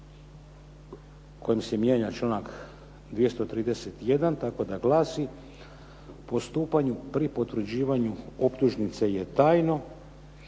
kojim se mijenja članak 231. tako da glasi: "Postupanje pri potvrđivanju optužnice je tajno,